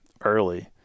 early